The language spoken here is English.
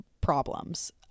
problems